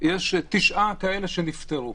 יש תשעה כאלה שנפטרו,